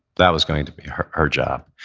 that was going to be her her job.